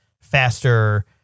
faster